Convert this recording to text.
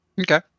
Okay